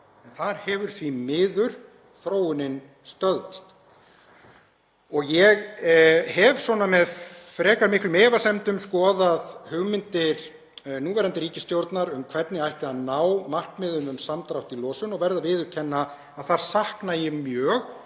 Þar hefur þróunin því miður stöðvast. Ég hef með frekar miklum efasemdum skoðað hugmyndir núverandi ríkisstjórnar um hvernig eigi að ná markmiðum um samdrátt í losun og verð að viðurkenna að þar sakna ég þess